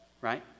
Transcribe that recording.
right